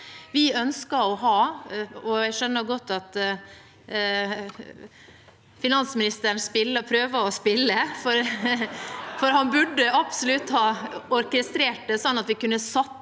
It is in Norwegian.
Vi ønsker å ha – og jeg skjønner godt at finansministeren prøver å spille (munterhet i salen), for han burde absolutt ha orkestrert det sånn at vi kunne satt